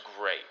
great